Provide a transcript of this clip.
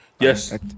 Yes